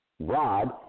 Rod